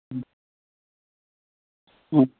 ꯎꯝ ꯎꯝ